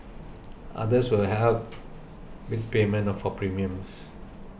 others will help with payment for premiums